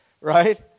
right